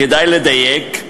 כדאי לדייק,